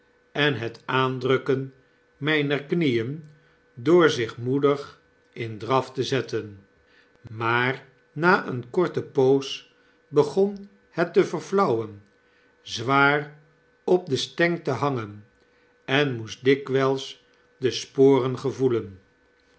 en het aandrukken mijner knieen door zich moedig in draf te zetten maar na eene korte poos begon het te verflauwen zwaar op de steng te hangen en moest dikwyls de sporen gevoelen